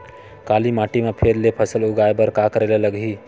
काली माटी म फेर ले फसल उगाए बर का करेला लगही?